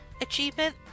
achievement